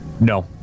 no